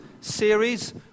series